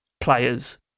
players